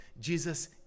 Jesus